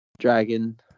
dragon